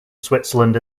switzerland